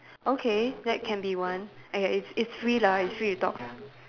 okay that can be one uh ya it's it's free lah it's free to talk